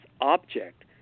object